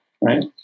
Right